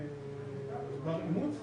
בר אימוץ,